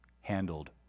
Handled